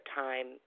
time